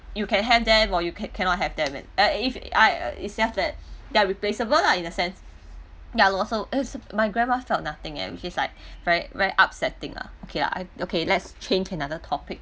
you can hate death or you can~ cannot hate death eh if I I it's just that they're replaceable lah in a sense ya lor so eh my grandma felt nothing eh which is like very upsetting lah okay lah I okay lets change another topic